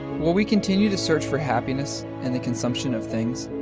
will we continue to search for happiness in the consumption of things?